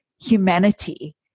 humanity